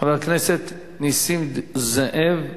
חבר הכנסת נסים זאב.